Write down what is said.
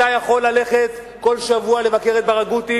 אתה יכול ללכת כל שבוע לבקר את ברגותי,